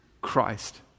Christ